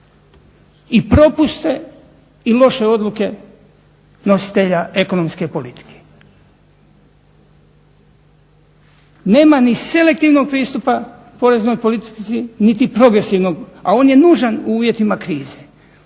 i propuste i loše odluke nositelja ekonomske politike? Nema ni selektivnog pristupa poreznoj politici niti progresivnog, a on je nužan u uvjetima krize.